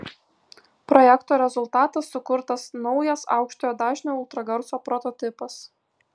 projekto rezultatas sukurtas naujas aukštojo dažnio ultragarso prototipas